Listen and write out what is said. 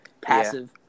passive